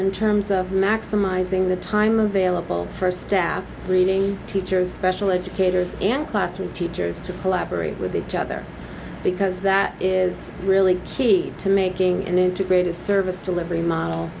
in terms of maximizing the time available for staff reading teachers special educators and classroom teachers to collaborate with each other because that is really key to making an integrated service delivery model